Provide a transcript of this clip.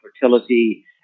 fertility